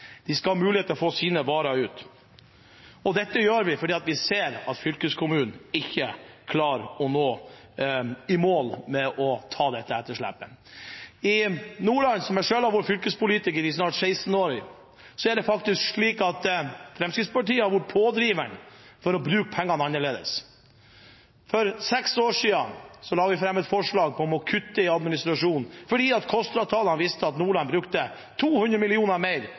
å ta dette etterslepet. I Nordland, der jeg selv har vært fylkespolitiker i snart 16 år, har Fremskrittspartiet vært pådriveren for å bruke pengene annerledes. For seks år siden la vi fram et forslag om å kutte i administrasjonen fordi KOSTRA-tallene viste at Nordland brukte 200 mill. kr mer